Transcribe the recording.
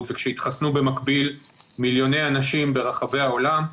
וכשיתחסנו במקביל מיליוני אנשים ברחבי העולם,